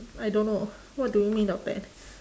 I don't know what do you mean of that